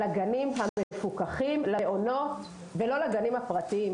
לגנים המפוקחים, למעונות ולא לגנים הפרטיים.